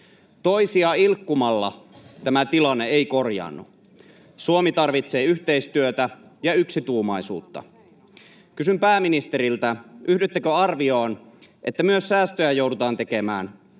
Heinonen: Kuulitteko, Saarikko!] Suomi tarvitsee yhteistyötä ja yksituumaisuutta. Kysyn pääministeriltä: Yhdyttekö arvioon, että myös säästöjä joudutaan tekemään?